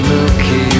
Milky